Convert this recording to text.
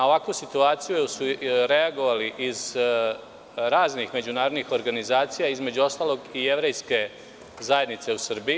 Na ovakvu situaciju su reagovali iz raznih međunarodnih organizacija, između ostalog i Jevrejske zajednice u Srbiji.